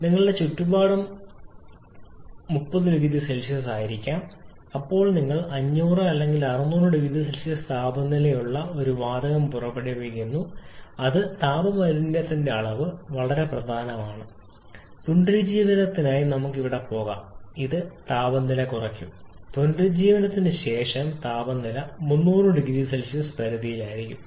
നിങ്ങളുടെ ചുറ്റുപാടും ചുറ്റുമായിരിക്കാം 30 0C ഇപ്പോൾ നിങ്ങൾ 500 അല്ലെങ്കിൽ 6000C താപനിലയുള്ള ഒരു വാതകം പുറപ്പെടുവിക്കുന്നു അത് താപ മലിനീകരണത്തിന്റെ അളവ് പ്രധാനമാണ് പുനരുജ്ജീവനത്തിനായി നമുക്ക് തീർച്ചയായും പോകാം ഇത് താപനില കുറയ്ക്കും പുനരുജ്ജീവനത്തിനുശേഷവും താപനില 300 0C പരിധിയിലായിരിക്കാം